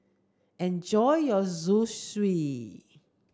enjoy your Zosui